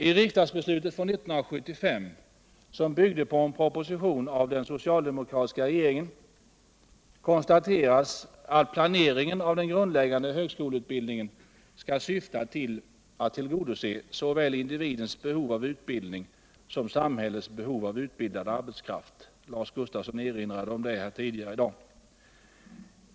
I riksdagsbeslutet från 1975. som byggde på en proposition av den socialdemokratiska regeringen. konstateras att planeringen av den grundläggande högskoleutbildningen skall syfta till att tillgodose såväl individens behov av utbildning som samhällets behov av utbildad arbetskraft. Lars Gustafsson erinrade om det tidigare i dag.